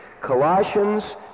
Colossians